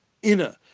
inner